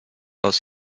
aus